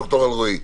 ד"ר אלרעי,